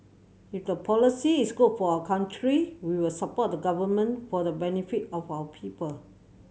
if the policy is good for our country we will support the Government for the benefit of our people